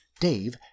Dave